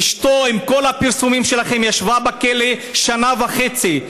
אשתו, עם כל הפרסומים שלכם, ישבה בכלא שנה וחצי.